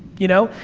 you know,